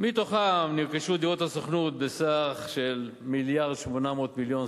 ומתוכם נרכשו דירות הסוכנות בסך מיליארד ו-800 מיליון,